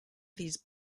these